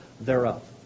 thereof